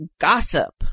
gossip